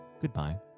goodbye